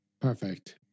Perfect